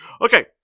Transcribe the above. Okay